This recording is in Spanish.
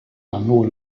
ganó